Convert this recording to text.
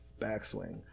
Backswing